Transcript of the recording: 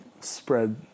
spread